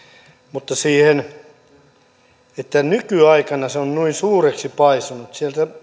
mutta sen että nykyaikana se on noin suureksi paisunut